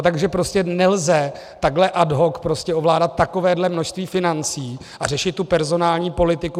Takže prostě nelze takhle ad hoc ovládat takovéhle množství financí a řešit tu personální politiku.